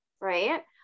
right